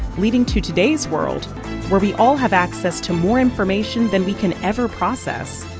leading to today's world where we all have access to more information than we can ever process.